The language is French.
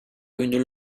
une